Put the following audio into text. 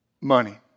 money